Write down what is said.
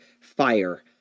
fire